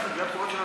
חובות,